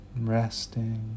resting